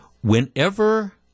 Whenever